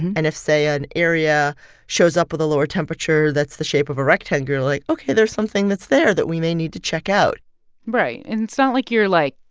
and if, say, an area shows up with a lower temperature that's the shape of a rectangle, you're and like, ok, there's something that's there that we may need to check out right. and it's not like you're, like,